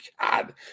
God